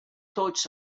tots